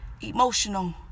Emotional